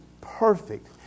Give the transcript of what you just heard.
perfect